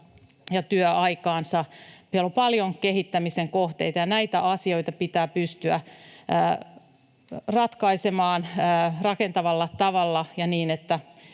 ja työaikaansa. Meillä on paljon kehittämisen kohteita, ja näitä asioita pitää pystyä ratkaisemaan rakentavalla tavalla